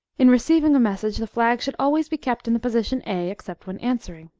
in receiving a message, the flag should always be kept in the position a, except when answering.